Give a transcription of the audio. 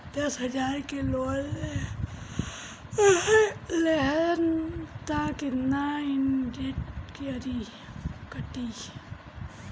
दस हजार के लोन लेहम त कितना इनट्रेस कटी?